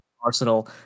Arsenal